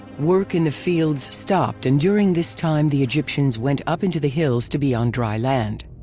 work in the fields stopped and during this time the egyptians went up into the hills to be on dry land.